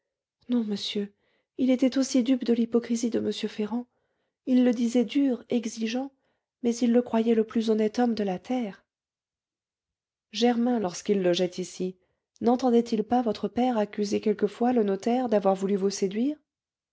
non monsieur il était aussi dupe de l'hypocrisie de m ferrand il le disait dur exigeant mais il le croyait le plus honnête homme de la terre germain lorsqu'il logeait ici nentendait il pas votre père accuser quelquefois le notaire d'avoir voulu vous séduire